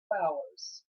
hours